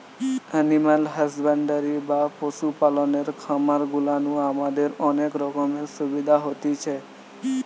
animal husbandry বা পশু পালনের খামার গুলা নু আমাদের অনেক রকমের সুবিধা হতিছে